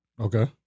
Okay